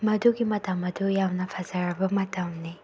ꯃꯗꯨꯒꯤ ꯃꯇꯝ ꯑꯗꯣ ꯌꯥꯝꯅ ꯐꯖꯔꯕ ꯃꯇꯝꯅꯤ